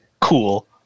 cool